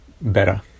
better